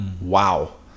wow